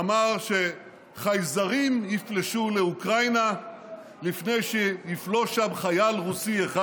אמר שחייזרים יפלשו לאוקראינה לפני שיפלוש לשם חייל רוסי אחד.